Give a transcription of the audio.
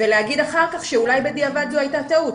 ולהגיד אחר כך שאולי בדיעבד זו הייתה טעות.